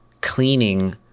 cleaning